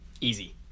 easy